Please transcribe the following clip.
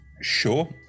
Sure